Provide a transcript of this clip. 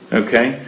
okay